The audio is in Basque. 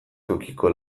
tokiko